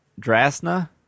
Drasna